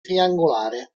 triangolare